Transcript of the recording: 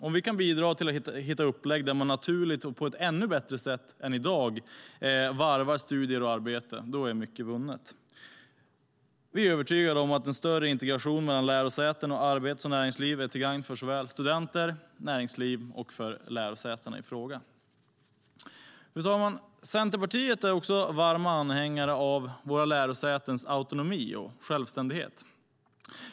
Om vi kan bidra till att hitta upplägg där man naturligt och på ett ännu bättre sätt än i dag kan varva studier och arbete, då är mycket vunnet. Vi är övertygade om att en större integration mellan lärosäten och arbets och näringsliv är till gagn för såväl studenterna som näringslivet och lärosätena i fråga. Fru talman! Vi i Centerpartiet är varma anhängare av våra lärosätens autonomi och självständighet.